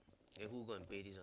aye who go and pay this one